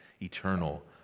eternal